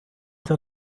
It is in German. der